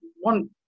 one